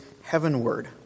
heavenward